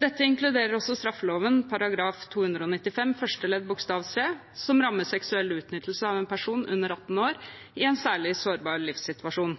Dette inkluderer også straffeloven § 295 første ledd bokstav c, som rammer seksuell utnyttelse av en person under 18 år i en særlig sårbar livssituasjon.